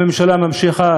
הממשלה ממשיכה,